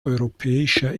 europäischer